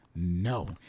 No